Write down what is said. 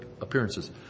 appearances